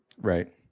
Right